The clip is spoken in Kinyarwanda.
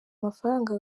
amafaranga